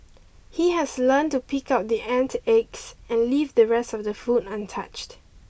he has learnt to pick out the ant eggs and leave the rest of the food untouched